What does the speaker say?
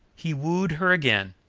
he wooed her again,